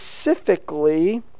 specifically